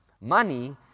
Money